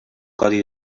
codi